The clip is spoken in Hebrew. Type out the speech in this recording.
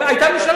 היתה ממשלה